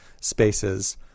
spaces